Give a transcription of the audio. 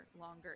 longer